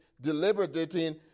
deliberating